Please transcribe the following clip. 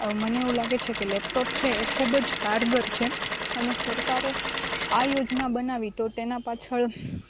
મને એવું લાગે છે કે લેપટોપ છે એ ખૂબ જ કારગર છે અને સરકારે આ યોજના બનાવી તો તેના પાછળ